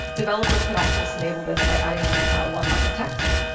developers can also just enable this by adding one line of text.